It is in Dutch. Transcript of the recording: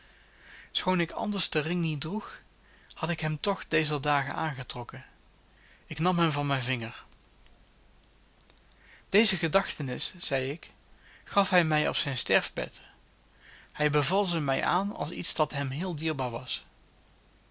schoon ik anders den ring niet droeg had ik hem toch dezer dagen aangetrokken ik nam hem van mijn vinger deze gedachtenis zeide ik gaf hij mij op zijn sterfbed hij beval ze mij aan als iets dat hem heel dierbaar was